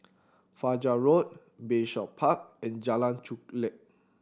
Fajar Road Bayshore Park and Jalan Chulek